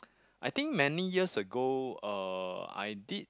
I think many years ago uh I did